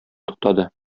туктады